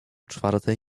czwartej